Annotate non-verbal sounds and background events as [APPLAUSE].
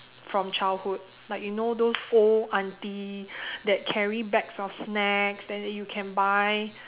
from childhood like you know those old aunty [BREATH] that carry bags of snacks then you can buy